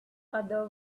other